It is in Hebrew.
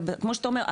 כמו שאתה אומר,